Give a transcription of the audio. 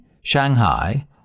Shanghai